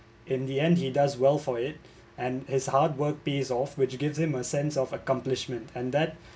in the end he does well for it and his hard work pays off which gives him a sense of accomplishment and that